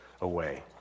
away